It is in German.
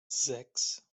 sechs